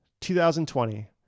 2020